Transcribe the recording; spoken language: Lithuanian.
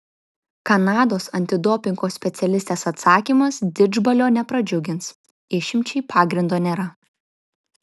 kanados antidopingo specialistės atsakymas didžbalio nepradžiugins išimčiai pagrindo nėra